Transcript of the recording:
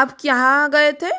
आप कहां गए थे